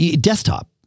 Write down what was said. desktop